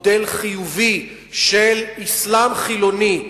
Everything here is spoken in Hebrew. מודל חיובי של אסלאם חילוני.